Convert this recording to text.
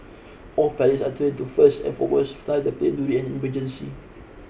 all pilots are trained to first and foremost fly the plane during an emergency